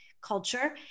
culture